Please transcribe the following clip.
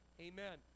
amen